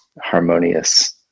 harmonious